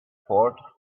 port